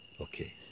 Okay